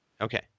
Okay